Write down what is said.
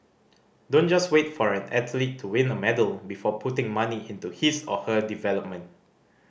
don't just wait for an athlete to win a medal before putting money into his or her development